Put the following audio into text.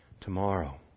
tomorrow